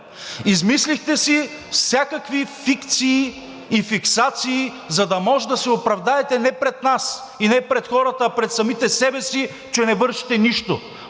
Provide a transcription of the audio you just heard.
Измислихте си всякакви фикции и фиксации, за да може да се оправдаете не пред нас и не пред хората, а пред самите себе си, че не вършите нищо.